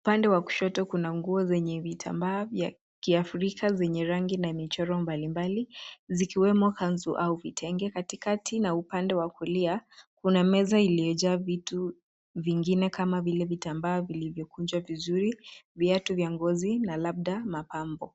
upande wa kushoto kuna nguo zenye vitambaa vya kiafrika zenye rangi na michoro mbalimbali zikiwemo kanzu au vitenge ,katikati na upande wa kulia kuna meza iliyojaa vitu vingine kama vile vitambaa vilivyokunjwa vizuri ,viatu vya ngozi na labda mapambo.